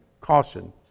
caution